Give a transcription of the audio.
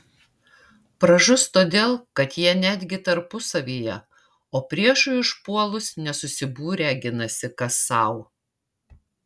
pražus todėl kad jie netgi tarpusavyje o priešui užpuolus nesusibūrę ginasi kas sau